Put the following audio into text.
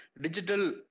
Digital